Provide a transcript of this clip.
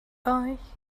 euch